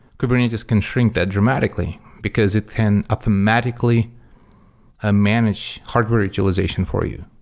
kubernetes can shrink that dramatically, because it can automatically ah manage hardware utilization for you.